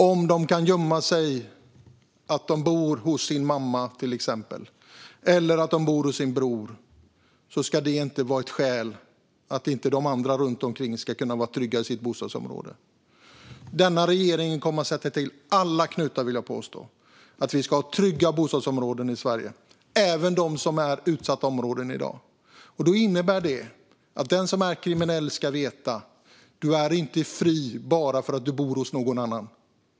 Att de kan gömma sig hemma hos sin mamma eller bror ska inte vara ett skäl för att andra runt omkring inte känner sig trygga i sitt bostadsområde. Regeringen kommer att sätta till alla klutar för att Sverige ska ha trygga bostadsområden, och det gäller även dagens utsatta områden. Det innebär att den som är kriminell ska veta att den inte är fri bara för att den bor hos någon annan.